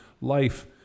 life